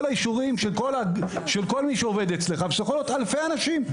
האישורים של כל מי שעובד בגן ואלה יכולים להיות אלפי אנשים.